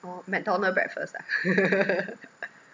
orh mcdonald breakfast ah